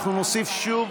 אנחנו נוסיף שוב